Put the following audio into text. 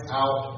out